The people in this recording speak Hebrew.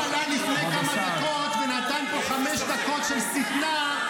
כשהוא עלה לפני כמה דקות ונתן פה חמש דקות של שטנה,